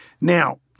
Now